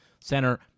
center